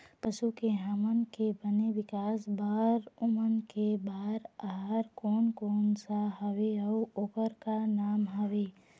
पशु हमन के बने विकास बार ओमन के बार आहार कोन कौन सा हवे अऊ ओकर का नाम हवे?